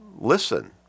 listen